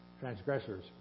transgressors